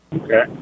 Okay